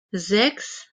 sechs